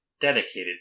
dedicated